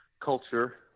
culture